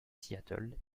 seattle